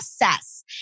process